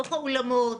לתוך האולמות,